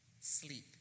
Sleep